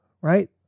right